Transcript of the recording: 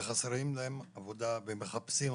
שחסרה להם עבודה והם מחפשים עבודה.